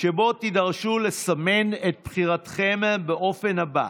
שבו תידרשו לסמן את בחירתכם באופן הבא: